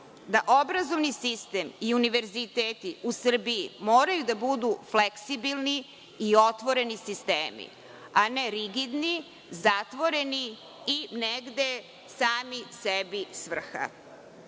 da obrazovni sistem i univerziteti u Srbiji moraju da budu fleksibilni i otvoreni sistemi, a ne rigidni, zatvoreni i negde sami sebi svrha.